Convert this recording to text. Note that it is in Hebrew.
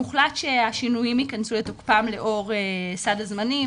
הוחלט שהשינויים ייכנסו לתוקפם לאור סד הזמנים,